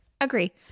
Agree